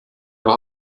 war